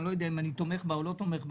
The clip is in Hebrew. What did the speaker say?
אני לא יודע אם אני תומך בה או לא תומך בה,